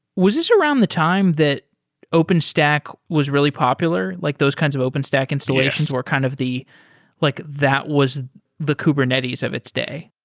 was this around the time that openstack was really popular? like those kinds of openstack installations were kind of the like that was the kubernetes of its day?